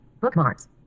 Bookmarks